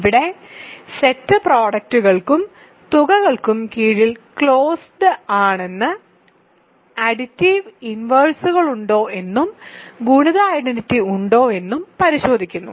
ഇവിടെ സെറ്റ് പ്രോഡക്റ്റുകൾക്കും തുകകൾക്കും കീഴിൽ ക്ലോസ്ഡ് ആണെന്നും അഡിറ്റീവ് ഇൻവേഴ്സുകളുണ്ടോ എന്നും ഗുണിത ഐഡന്റിറ്റി ഉണ്ടോ എന്നും പരിശോധിക്കുന്നു